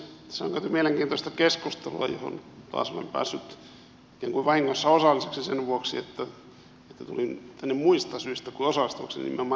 tässä on käyty mielenkiintoista keskustelua johon taas olen päässyt niin kuin vahingossa osalliseksi sen vuoksi että tulin tänne muista syistä kun osallistuakseni nimenomaan tähän keskusteluun